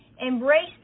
Embrace